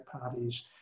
Parties